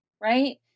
right